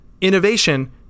Innovation